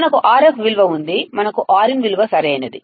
మనకు Rf విలువ ఉంది మనకుRin విలువ సరైనది